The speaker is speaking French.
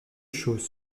chose